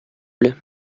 plait